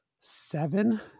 seven